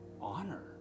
honor